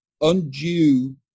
undue